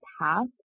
past